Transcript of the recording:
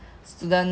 the thing that